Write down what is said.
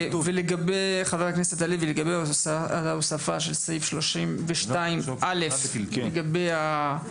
לגבי ההוספה של סעיף 32א לגבי ההערות שנשמעו,